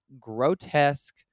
grotesque